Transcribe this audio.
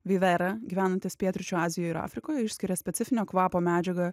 vivera gyvenantis pietryčių azijoj ir afrikoj išskiria specifinio kvapo medžiagą